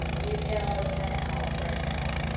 retail is kinda out right now.